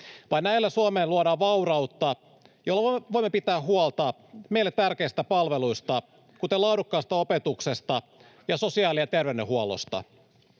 Vain näillä Suomeen luodaan vaurautta, jolla voimme pitää huolta meille tärkeistä palveluista, kuten laadukkaasta opetuksesta ja sosiaali- ja terveydenhuollosta.